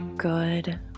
good